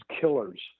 killers